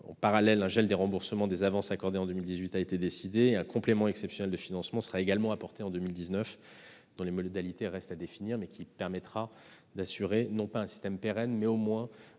Parallèlement, un gel des remboursements des avances accordées en 2018 a été décidé et un complément exceptionnel de financement sera apporté en 2019, dont les modalités restent à définir, mais qui permettra d'assurer, à défaut d'un système pérenne, la dispense